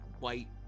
white